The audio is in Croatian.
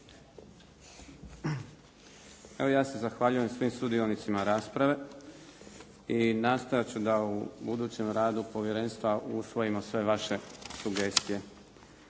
Evo, ja se zahvaljujem svim sudionicima rasprave i nastojat ću da u budućem radu povjerenstva usvojimo sve vaše sugestije.